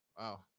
Wow